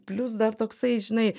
plius dar toksai žinai